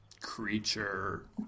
creature